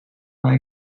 maar